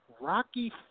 Rocky